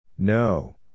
No